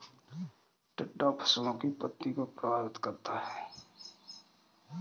टिड्डा फसलों की पत्ती को प्रभावित करता है